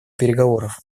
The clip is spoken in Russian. переговоров